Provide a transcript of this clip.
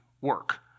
work